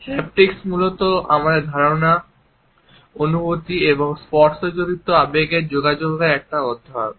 haptics মূলত আমাদের ধারনা অনুভূতি এবং স্পর্শ জড়িত আবেগের যোগাযোগের একটি অধ্যয়ন